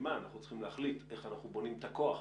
אנחנו צריכים להחליט איך אנחנו בונים את הכוח.